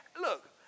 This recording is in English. look